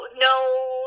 no